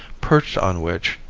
perched on which,